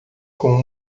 com